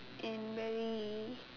and very